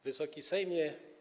Wysoki Sejmie!